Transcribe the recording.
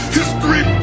History